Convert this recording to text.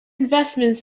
investments